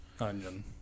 Onion